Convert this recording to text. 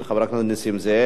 הוא איננו.